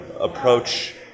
approach